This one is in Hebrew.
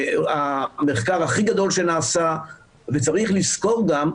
המחקר הכי גדול שנעשה וצריך לזכור גם,